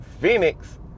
Phoenix